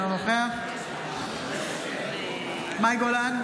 אינו נוכח מאי גולן,